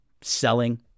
selling